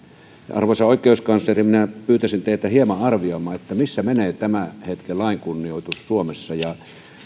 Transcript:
arvoisa oikeuskansleri minä pyytäisin teitä hieman arvioimaan missä menee tämänhetkinen lain kunnioitus suomessa ja